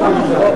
אחריו,